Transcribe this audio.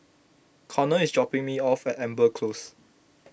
Konnor is dropping me off at Amber Close